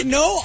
no